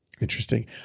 Interesting